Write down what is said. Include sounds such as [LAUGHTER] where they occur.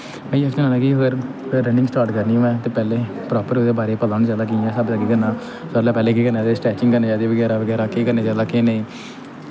इस लेई [UNINTELLIGIBLE] running start करनी होऐ ते सारें कोला पैह्लें प्रापर ओह्दे बारे च पता होेना चाहिदा कि कि'यां किस हिसाबै दा केह् करना पैह्लें पैह्लें केह् करना चाहिदा कि स्टैचिंग करनी चाहिदी बगैरा बगैरा केह् नेईं